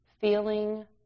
feeling